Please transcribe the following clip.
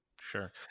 Sure